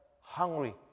hungry